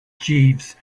jeeves